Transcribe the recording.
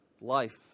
life